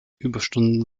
überstunden